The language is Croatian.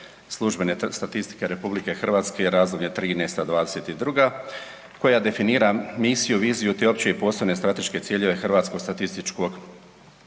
službene statistike RH za razdoblje '13. – '22. koja definira misiju, viziju te opće i posebne strateške ciljeve hrvatskog statističkog